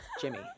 Jimmy